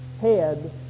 head